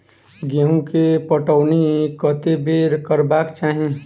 गेंहूँ केँ पटौनी कत्ते बेर करबाक चाहि?